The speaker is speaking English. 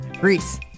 Greece